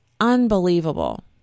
Unbelievable